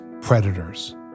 predators